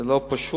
זה לא פשוט,